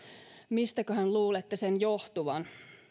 mistäköhän luulette sen johtuvan